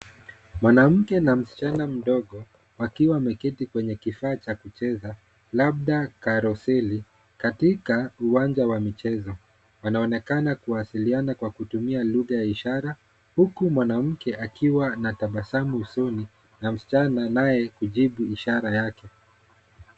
Mwanamke na msichana mdogo wakiwa wameketi kwenye kifaa cha kucheza, labda karoseli, katika uwanjwa wa michezo. Wanaonekana kuwasiliana kwa kutumia lugha ya ishara huku mwanamke akiwa anatabasamu usoni na msichana naye kujibu ishara yake.